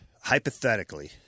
hypothetically